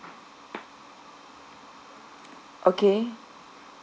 okay